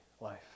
life